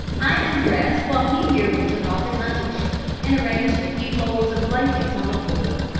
i undressed while he merely took off his hunting shirt and arranged a few folds of blankets on the floor,